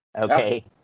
Okay